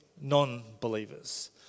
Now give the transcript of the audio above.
non-believers